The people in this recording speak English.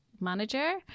manager